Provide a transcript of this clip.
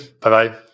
Bye-bye